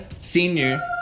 senior